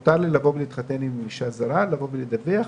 מותר להתחתן עם אישה זרה ולבוא ולדווח,